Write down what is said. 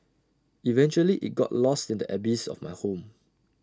eventually IT got lost in the abyss of my home